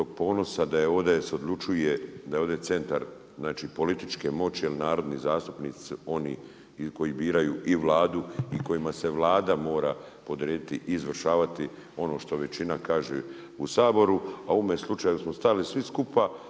da je ovdje centar političke moći jel narodni zastupnici su oni koji biraju i Vladu i kojima se Vlada mora podrediti i izvršavati ono što većina kaže u Saboru. A u ovome slučaju smo stali svi skupa